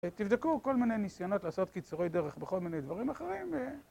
תבדקו כל מיני ניסיונות לעשות קיצורי דרך בכל מיני דברים אחרים